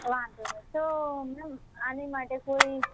વાંધો નહીં તો મૅમ આની માટે કોઈ